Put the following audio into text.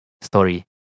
story